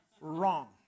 Wrong